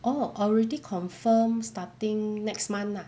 orh already confirmed starting next month lah